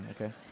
okay